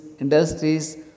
industries